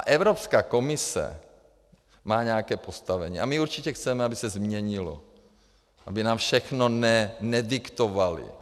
Evropská komise má nějaké postavení a my určitě chceme, aby se změnilo, aby nám všechno nediktovali.